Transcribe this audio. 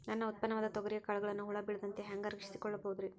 ನನ್ನ ಉತ್ಪನ್ನವಾದ ತೊಗರಿಯ ಕಾಳುಗಳನ್ನ ಹುಳ ಬೇಳದಂತೆ ಹ್ಯಾಂಗ ರಕ್ಷಿಸಿಕೊಳ್ಳಬಹುದರೇ?